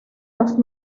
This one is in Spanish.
los